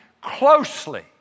closely